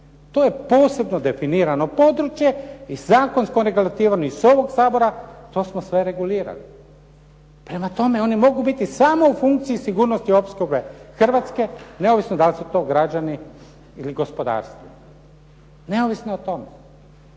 To je posebno definirano područje i zakonskom regulativom i iz ovog Sabora to smo sve regulirali. Prema tome, oni mogu biti samo u funkciji sigurnosti opskrbe Hrvatske neovisno da li su to građani ili gospodarstvo. Neovisno o tome.